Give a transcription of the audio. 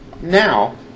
Now